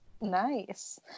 Nice